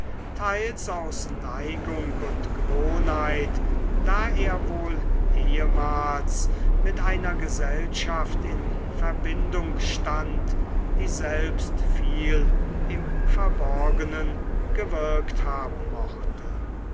teils aus neigung und gewohnheit da er wohl ehemals mit einer gesellschaft in verbindung stand die selbst viel im verborgenen gewirkt haben mochte